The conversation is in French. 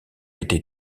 été